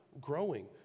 growing